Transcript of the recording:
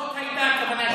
זאת הייתה הכוונה שלי.